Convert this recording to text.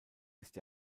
ist